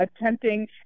attempting